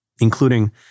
including